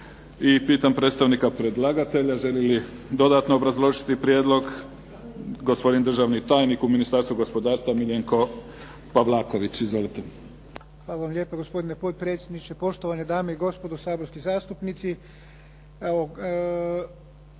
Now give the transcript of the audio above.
Pitam predstavnika predlagatelja želi li dodatno obrazložiti prijedlog? Gospodin državni tajnik u Ministarstvu gospodarstva Miljenko Pavlaković. Izvolite. **Pavlaković, Miljenko** Hvala lijepo. Gospodine potpredsjedniče, poštovane dame i gospodo saborski zastupnici.